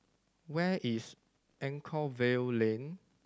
where is Anchorvale Lane